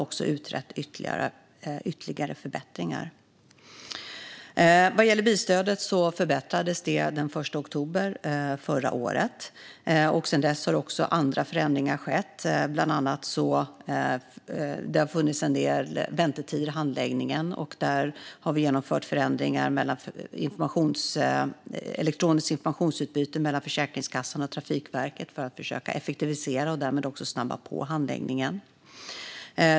Dessutom har ytterligare förbättringar utretts. Bilstödet förbättrades den 1 oktober förra året. Sedan dess har också andra förändringar skett. Det har bland annat funnits en del väntetider i handläggningen, och där har vi genomfört förändringar i det elektroniska informationsutbytet mellan Försäkringskassan och Trafikverket för att försöka effektivisera och därmed snabba på handläggningen.